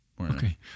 Okay